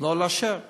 לא לאשר.